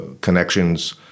connections